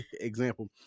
example